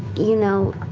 you know,